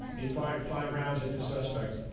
he fired five rounds at the suspect,